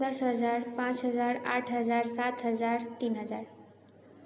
दश हजार पाँच हजार आठ हजार सात हजार तीन हजार